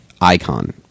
Icon